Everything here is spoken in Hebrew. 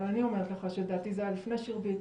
אני אומרת לך שלדעתי זה היה לפני שירביט,